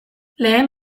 lehen